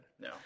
no